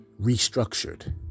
restructured